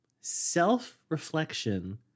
self-reflection